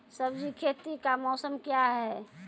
सब्जी खेती का मौसम क्या हैं?